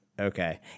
Okay